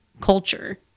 culture